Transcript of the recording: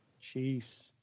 Chiefs